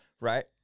right